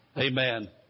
Amen